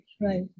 right